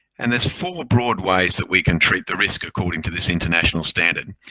and there's four broad ways that we can treat the risk according to this international standard.